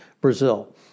Brazil